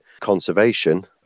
conservation